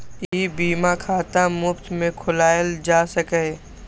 ई बीमा खाता मुफ्त मे खोलाएल जा सकैए